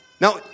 Now